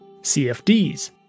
CFDs